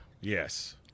yes